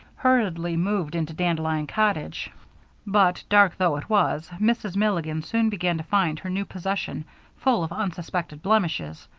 hurriedly moved into dandelion cottage but, dark though it was, mrs. milligan soon began to find her new possession full of unsuspected blemishes.